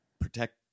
protect